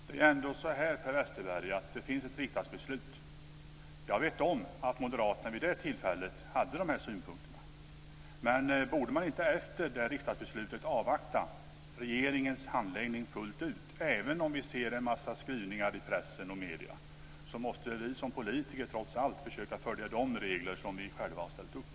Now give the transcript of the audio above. Fru talman! Det är ändå så, Per Westerberg, att det finns ett riksdagsbeslut. Jag vet att Moderaterna vid det tillfället hade de här synpunkterna. Men borde man inte efter det riksdagsbeslutet avvakta regeringens handläggning fullt ut? Även om vi ser skrivningar i press och medier måste väl vi som politiker följa de regler vi själva har ställt upp.